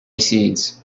seeds